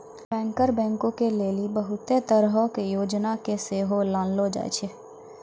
banker बैंको के लेली बहुते तरहो के योजना के सेहो लानलो जाय छै